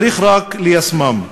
צריך רק ליישמם.